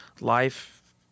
life